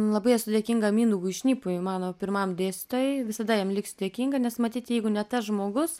labai esu dėkinga mindaugui šnipui mano pirmam dėstytojui visada jam liksiu dėkinga nes matyt jeigu ne tas žmogus